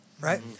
right